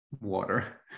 Water